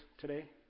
today